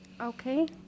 Okay